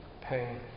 pain